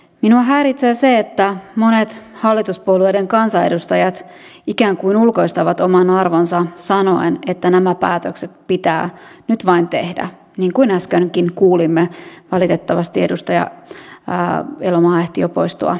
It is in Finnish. minua häiritsee se että monet hallituspuolueiden kansanedustajat ikään kuin ulkoistavat oman arvonsa sanoen että nämä päätökset pitää nyt vain tehdä niin kuin äskenkin kuulimme valitettavasti edustaja elomaa ehti jo poistua salista